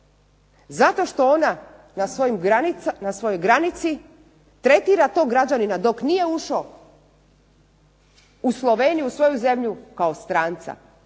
Zato što on na svojoj granici tretira tog građanina dok nije ušao u Sloveniju u svoju zemlju kao stranca,